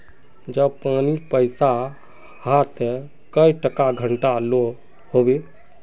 जब पानी पैसा हाँ ते कई टका घंटा लो होबे?